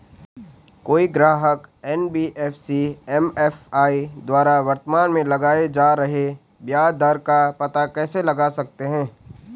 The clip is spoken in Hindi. कोई ग्राहक एन.बी.एफ.सी एम.एफ.आई द्वारा वर्तमान में लगाए जा रहे ब्याज दर का पता कैसे लगा सकता है?